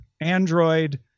Android